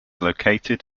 located